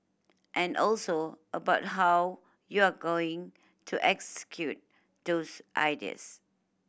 and also about how you're going to execute those ideas